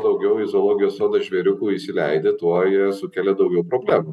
kuo daugiau į zoologijos sodą žvėriukų įsileidi tuo jie sukelia daugiau problemų